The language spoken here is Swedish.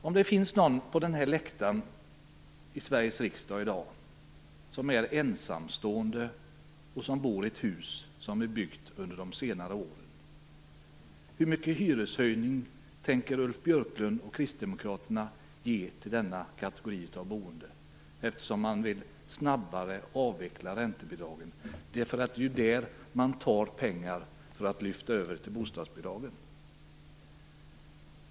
Det kanske finns någon på läktaren i Sveriges riksdag i dag som är ensamstående och som bor i ett hus som är byggt under de senare åren. Man vill ju avveckla räntebidragen snabbare. Det är därifrån man lyfter över pengar till bostadsbidragen.